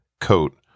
coat